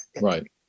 Right